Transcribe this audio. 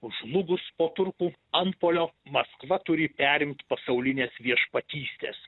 žlugus po turkų antpuolio maskva turi perimt pasaulinės viešpatystės